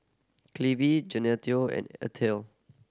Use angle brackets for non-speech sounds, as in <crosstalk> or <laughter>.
Cleve Gaetano and <unintelligible>